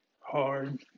hard